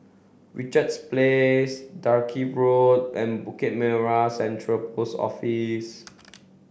Richards Place Dalkeith Road and Bukit Merah Central Post Office